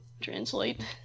translate